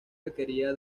requería